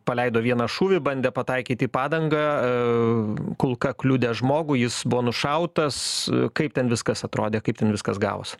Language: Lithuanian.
paleido vieną šūvį bandė pataikyti į padangą kulka kliudė žmogų jis buvo nušautas kaip ten viskas atrodė kaip ten viskas gavos